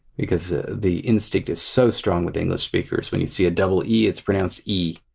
because the instinct is so strong with english speakers, when you see a double e it's pronounced ee.